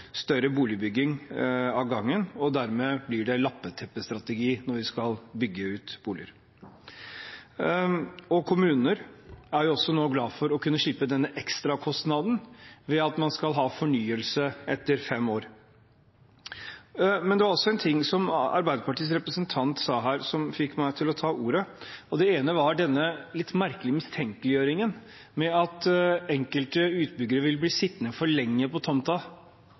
større boligbygging av gangen, og dermed blir det en lappeteppe-strategi når vi skal bygge ut boliger. Kommunene er jo også nå glade for å kunne slippe denne ekstrakostnaden ved at man skal ha fornyelse etter fem år. Men det var også en ting som Arbeiderpartiets representant sa her, som fikk meg til å ta ordet. Det ene var denne litt merkelige mistenkeliggjøringen av enkelte utbyggere, at de vil bli sittende for lenge på tomta